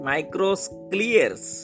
Microsclears